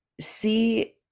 see